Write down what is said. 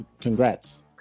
congrats